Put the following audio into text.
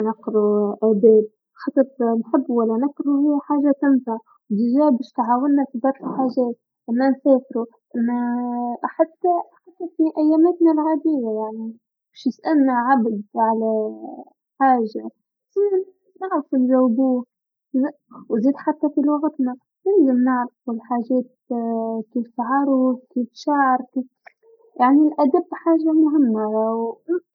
نقرو نسافر، خد ر نحبو و لا نكرهو حاجه سانسا هي باش تعاونا في برشا حاجات، ما نسافرو ما حتى حتى في أيامتنا العاديه يعني، باش يسألنا عبد على حاجه نعرفو نجاوبو ن، و زيد حتى في لغتنا يلزم نعرفو حاجات كي تفعار و كتشعار و، يعني الأدب حاجه مهمه.